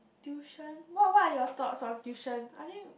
tuition what what you all thoughts on tuition I think